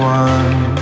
one